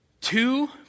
Two